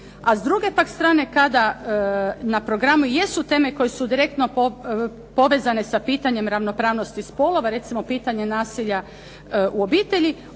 A s druge pak strane kada na programu jesu teme koje su direktno povezane sa pitanjem ravnopravnosti spolova, recimo pitanje nasilja u obitelji,